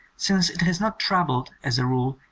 since it has not troubled, as a rule,